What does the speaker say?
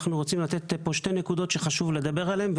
אנחנו רוצים לתת פה שתי נקודות שחשוב לדבר עליהן.